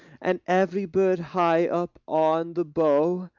and every bird high up on the bough,